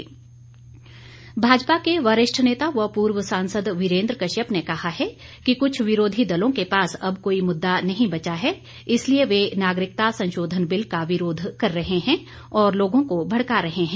वीरेन्द्र कश्यप भाजपा के वरिष्ठ नेता व पूर्व सांसद वीरेन्द्र कश्यप ने कहा है कि कुछ विरोधी दलों के पास अब कोई मुद्दा नहीं बचा है इसलिए वे नागरिकता संशोधन बिल का विरोध कर रहे हैं और लोगों को भड़का रहे हैं